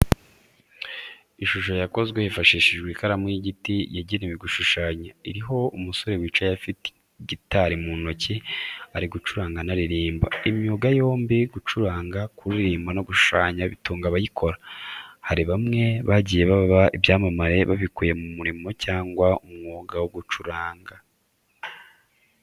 Ishusho yakozwe hifashishijwe ikaramu y'igiti yagenewe gushushanya, iriho umusore wicaye afite gitari mu ntoki ari gucuranga anaririmba. Imyuga yombi gucuranga, kuririmba no gushushanya bitunga abayikora, hari na bamwe bagiye baba ibyamamare babikuye mu murimo cyangwa umwuga wo gucuranga.